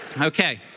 Okay